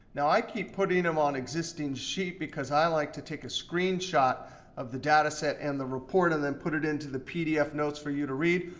now, i keep putting them on existing sheet, because i like to take a screenshot of the data set and the report and then put it into the pdf notes for you to read.